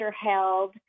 held